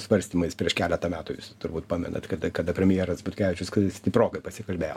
svarstymais prieš keletą metų jūs turbūt pamenat kada kada premjeras butkevičius stiprokai pasikalbėjo